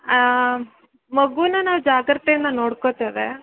ಹಾಂ ಮಗುನ ನಾವು ಜಾಗ್ರತೆಯಿಂದ ನೋಡ್ಕೋತೇವೆ